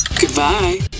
Goodbye